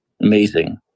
Amazing